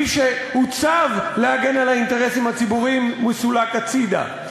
מי שהוצב להגן על האינטרסים הציבוריים מסולק הצדה.